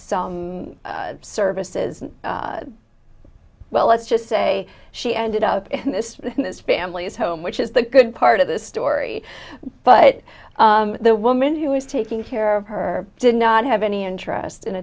some services well let's just say she ended up in this in this family's home which is the good part of the story but the woman who is taking care of her did not have any interest in